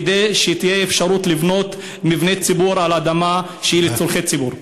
כדי שתהיה אפשרות לבנות מבני ציבור על אדמה שהיא לצורכי ציבור.